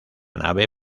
nave